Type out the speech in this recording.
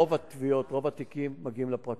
רוב התביעות, רוב התיקים, מגיעים לפרקליטות,